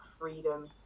freedom